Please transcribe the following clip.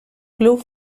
club